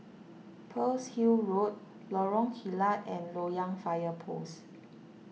Pearl's Hill Road Lorong Kilat and Loyang Fire Post